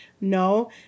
No